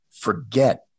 forget